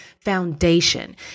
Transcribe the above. foundation